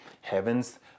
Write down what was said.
heaven's